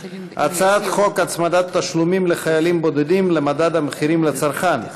הצעת חוק הצמדת תשלומים לחיילים בודדים למדד המחירים לצרכן,